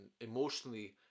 emotionally